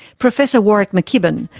professor warwick mckibbin,